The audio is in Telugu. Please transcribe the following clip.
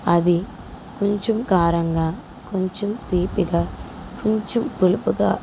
అది కొంచెం కారంగా కొంచెం తీపిగా కొంచెం పులుపుగా